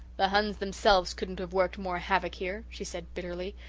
the huns themselves couldn't have worked more havoc here, she said bitterly.